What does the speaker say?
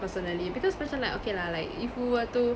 personally because macam like okay lah like if you were to